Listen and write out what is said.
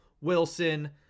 Wilson